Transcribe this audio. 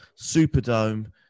Superdome